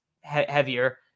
heavier